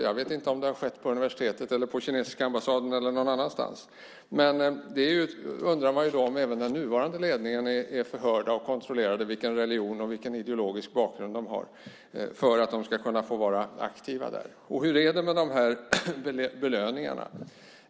Jag vet inte om det har skett på universitetet eller på kinesiska ambassaden eller någon annanstans. Man undrar om även den nuvarande ledningen är förhörd och om man har kontrollerat vilken religion och ideologisk bakgrund de har för att de ska få vara aktiva. Hur är det med belöningarna?